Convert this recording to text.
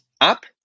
up